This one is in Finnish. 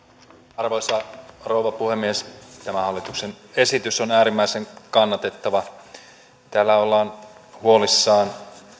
arvoisa rouva puhemies tämä hallituksen esitys on äärimmäisen kannatettava täällä ollaan huolissaan